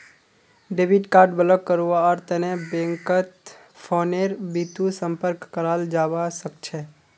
debit card block करव्वार तने बैंकत फोनेर बितु संपर्क कराल जाबा सखछे